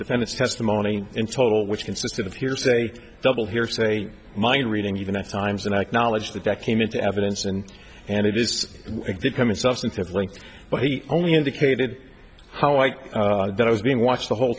defendant's testimony in total which consisted of hearsay double hearsay mind reading even as times and acknowledge that came into evidence and and it is becoming substantive length but he only indicated how i was being watched the whole